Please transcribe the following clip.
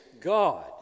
God